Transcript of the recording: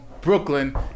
Brooklyn